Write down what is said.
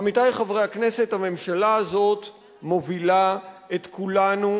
עמיתי חברי הכנסת, הממשלה הזאת מובילה את כולנו,